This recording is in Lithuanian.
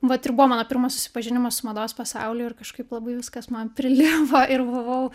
vat ir buvo mano pirmas susipažinimas su mados pasauliu ir kažkaip labai viskas man prilipo ir buvau